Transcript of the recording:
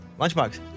Lunchbox